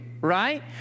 Right